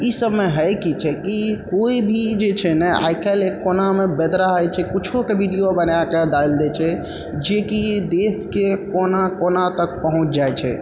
इसबमे होइ की छै कि कोइ भी जे छै ने आइ काल्हि एक कोनामे बैठ रहै छै किछौके वीडियो बनाइक डालि दै छै जे कि देशके कोना कोना तक पहुँच जाइ छै